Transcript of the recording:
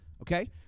Okay